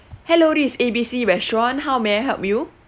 hello this is A_B_C restaurant how may I help you